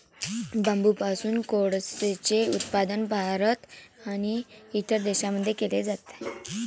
बांबूपासून कोळसेचे उत्पादन भारत आणि इतर देशांमध्ये केले जाते